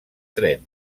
tren